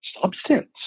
substance